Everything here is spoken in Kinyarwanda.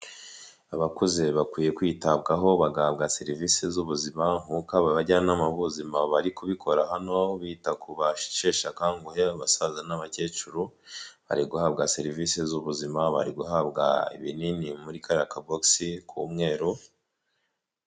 Abakuze bakwiye kwitabwaho bagahabwa serivisi z'ubuzima nk'uko aba bajyanama b'ubuzima bari kubikora hano bita ku basheshakanguhe abasaza n'abakecuru, bari guhabwa serivisi z'ubuzima, bari guhabwa ibinini muri kariya ka bogisi ku mweru.